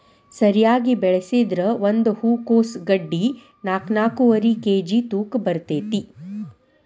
ಸರಿಯಾಗಿ ಬೆಳಸಿದ್ರ ಒಂದ ಹೂಕೋಸ್ ಗಡ್ಡಿ ನಾಕ್ನಾಕ್ಕುವರಿ ಕೇಜಿ ತೂಕ ಬರ್ತೈತಿ